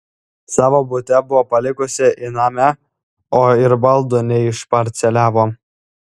savo bute buvo palikusi įnamę o ir baldų neišparceliavo